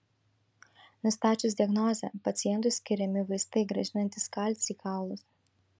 nustačius diagnozę pacientui skiriami vaistai grąžinantys kalcį į kaulus